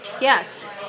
Yes